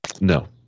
No